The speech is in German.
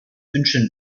wünschen